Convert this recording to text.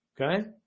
okay